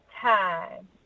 time